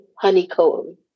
honeycomb